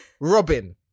Robin